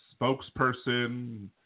spokesperson